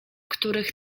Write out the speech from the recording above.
których